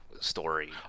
story